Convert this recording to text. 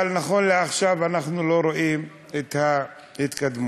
אבל נכון לעכשיו אנחנו לא רואים את ההתקדמות.